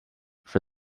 for